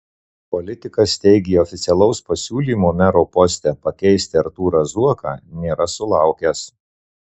politikas teigė oficialaus pasiūlymo mero poste pakeisti artūrą zuoką nėra sulaukęs